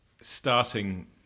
starting